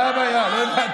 מה הבעיה?